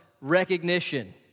recognition